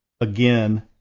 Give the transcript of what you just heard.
again